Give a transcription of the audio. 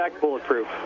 Bulletproof